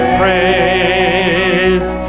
praise